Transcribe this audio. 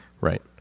Right